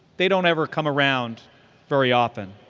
they don't ever come around very often.